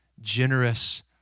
generous